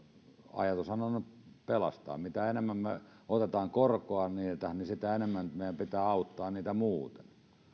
ajatushan on pelastaa mitä enemmän me otamme korkoa niiltä sitä enemmän meidän pitää auttaa niitä muuten